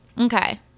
Okay